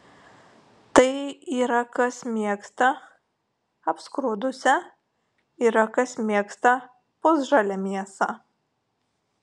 tai yra kas mėgsta apskrudusią yra kas mėgsta pusžalę mėsą